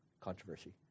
controversy